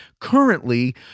Currently